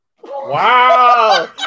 Wow